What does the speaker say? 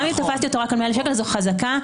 נכון, זו חזקה.